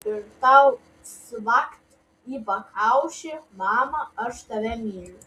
ir tau cvakt į pakaušį mama aš tave myliu